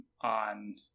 on